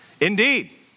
Indeed